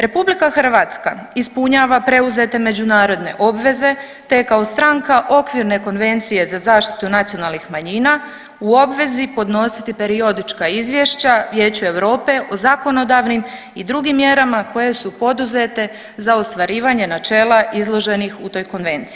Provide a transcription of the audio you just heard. RH ispunjava preuzete međunarodne obveze te je kao stranka Okvirne konvencije za zaštitu nacionalnih manjina u obvezi podnositi periodička izvješća Vijeću Europe o zakonodavnim i drugim mjerama koje su poduzete za ostvarivanje načela izloženih u toj konvenciji.